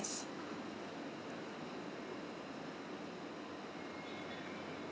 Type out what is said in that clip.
yes